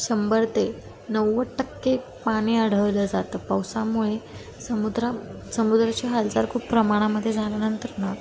शंभर ते नव्वद टक्के पाणी आढळलं जातं पावसामुळे समुद्रा समुद्राची हालचाल खूप प्रमाणामध्ये झाल्यानंतर ना